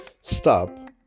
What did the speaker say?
stop